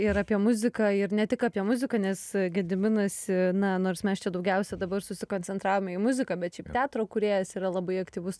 ir apie muziką ir ne tik apie muziką nes gediminas na nors mes čia daugiausia dabar susikoncentravome į muziką bet šiaip teatro kūrėjas yra labai aktyvus